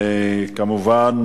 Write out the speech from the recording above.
כמובן,